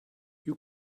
you